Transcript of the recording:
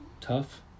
tough